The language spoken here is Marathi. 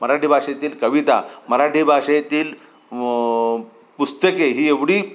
मराठी भाषेतील कविता मराठी भाषेतील पुस्तके ही एवढी